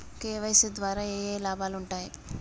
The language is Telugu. కే.వై.సీ ద్వారా ఏఏ లాభాలు ఉంటాయి?